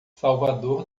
salvador